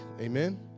Amen